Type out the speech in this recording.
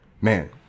man